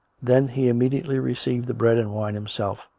then he immediately received the bread and wine himself,